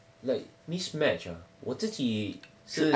like mismatch uh 我自己是